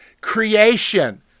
creation